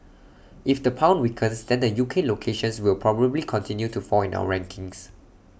if the pound weakens then the U K locations will probably continue to fall in our rankings